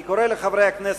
אני קורא לחברי הכנסת,